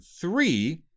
Three